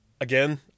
again